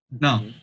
Now